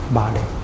body